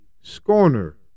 scorner